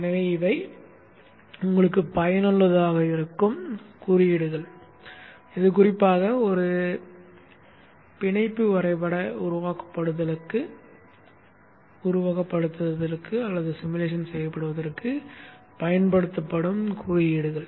எனவே இவை பயனுள்ளதாக இருக்கும் குறியீடுகள் இது குறிப்பாக ஒரு பிணைப்பு வரைபட உருவகப்படுத்துதலுக்குப் பயன்படுத்தப்படும் குறியீடுகள்